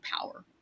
power